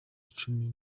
icumi